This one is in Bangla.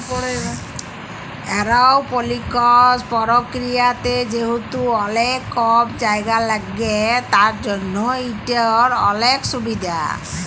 এরওপলিকস পরকিরিয়াতে যেহেতু অলেক কম জায়গা ল্যাগে তার জ্যনহ ইটর অলেক সুভিধা